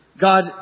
God